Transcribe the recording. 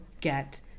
get